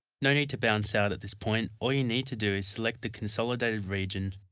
no need to bounce out at this point, all you need to do is select the consolidated region,